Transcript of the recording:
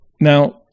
Now